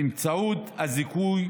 באמצעות הזיכוי